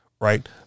right